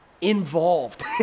involved